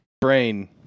brain